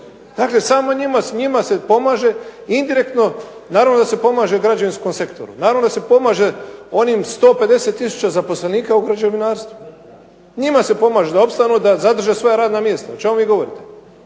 Dakle samo njima se pomaže, indirektno naravno da se pomaže građevinskom sektoru, naravno da se pomaže onim 150 tisuća zaposlenika u građevinarstvu, njima se pomaže da opstanu, da zadrže svoja radna mjesta. O čemu vi govorite?